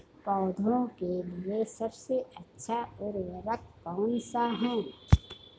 पौधों के लिए सबसे अच्छा उर्वरक कौनसा हैं?